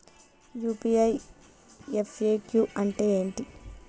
UPI FAQ అంటే ఏమిటి?